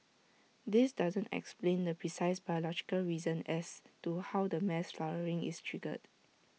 this doesn't explain the precise biological reason as to how the mass flowering is triggered